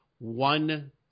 One